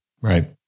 Right